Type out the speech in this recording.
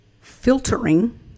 filtering